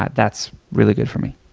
that's really good for me.